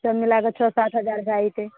सब मिलाके छओ सात हजार भऽ जेतै